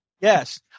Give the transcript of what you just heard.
Yes